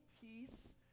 peace